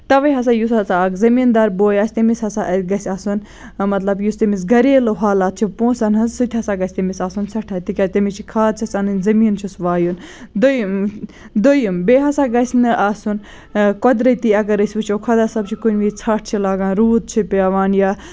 تَوے ہسا یُس ہسا اکھ زٔمیٖن دار بوے آسہِ تٔمِس ہسا آسہِ گژھِ آسُن مطلب یُس تٔمِس گرِیلوٗ حالات چھِ بونسَن ہنز سُہ تہِ ہسا گژھِ تٔمِس آسُن سٮ۪ٹھاہ تِکیٛازِ تٔمِس چھِ کھاد چھَس اَنٕنۍ زٔمیٖن چھُس وایُن دٔیُم دٔیُم بیٚیہِ ہسا گژھِ نہٕ آسُن قۄدرتی اَگر أسۍ وٕچھو خۄدا صٲب چھُ کُنہِ وِزِ ژَھٹھ چھِ لگان روٗد چھ پیوان یا